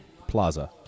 plaza